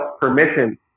permission